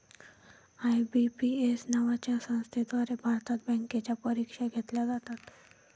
IBPS नावाच्या संस्थेद्वारे भारतात बँकांच्या परीक्षा घेतल्या जातात